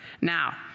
Now